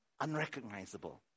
unrecognizable